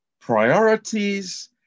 priorities